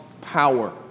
power